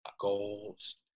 goals